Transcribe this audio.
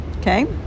okay